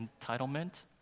entitlement